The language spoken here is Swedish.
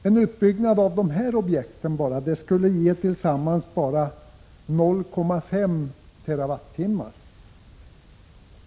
En utbyggnad av dessa objekt skulle tillsammans ge endast 0,5 TWh.